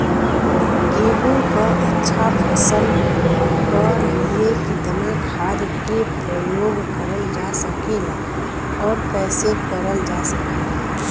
गेहूँक अच्छा फसल क लिए कितना खाद के प्रयोग करल जा सकेला और कैसे करल जा सकेला?